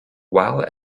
while